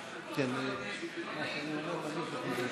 כהן-פארן לסעיף